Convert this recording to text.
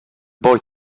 boy